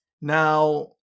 Now